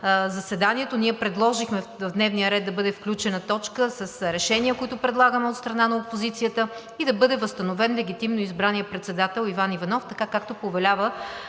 заседанието ние предложихме в дневния ред да бъде включена точка с решения, които предлагаме от страна на опозицията, и да бъде възстановен легитимно избраният председател Иван Иванов, така, както повелява